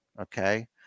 Okay